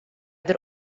der